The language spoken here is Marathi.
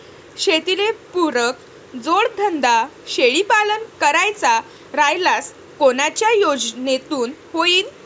शेतीले पुरक जोडधंदा शेळीपालन करायचा राह्यल्यास कोनच्या योजनेतून होईन?